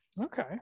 Okay